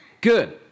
Good